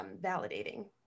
validating